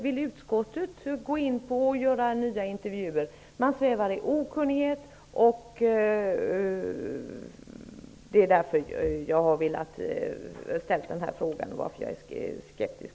Vill utskottet möjligen göra nya intervjuer? Man svävar i okunnighet. Därför ställer jag mig frågande och är skeptisk.